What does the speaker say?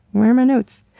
where are my notes?